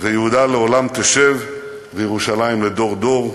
"ויהודה לעולם תשב וירושלם לדור ודור",